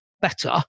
better